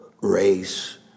race